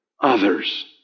others